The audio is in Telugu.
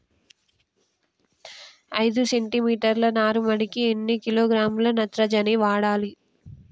ఐదు సెంటిమీటర్ల నారుమడికి ఎన్ని కిలోగ్రాముల నత్రజని వాడాలి?